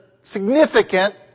significant